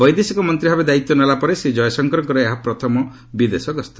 ବୈଦେଶିକ ମନ୍ତ୍ରୀ ଭାବେ ଦାୟିତ୍ୱ ନେଲାପରେ ଶ୍ରୀ କୟଶଙ୍କରଙ୍କର ଏହା ପ୍ରଥମ ବିଦେଶ ଗସ୍ତ